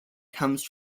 comes